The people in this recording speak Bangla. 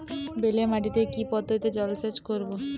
বেলে মাটিতে কি পদ্ধতিতে জলসেচ করব?